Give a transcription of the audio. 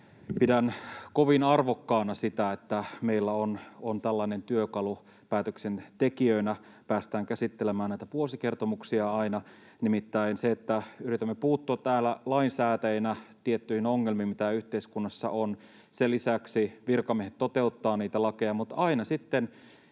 Pidän kovin arvokkaana sitä, että meillä on tällainen työkalu ja päätöksentekijöinä päästään aina käsittelemään näitä vuosikertomuksia. Nimittäin sen lisäksi, että yritämme puuttua täällä lainsäätäjinä tiettyihin ongelmiin, mitä yhteiskunnassa on, virkamiehet toteuttavat niitä lakeja, mutta aina sitten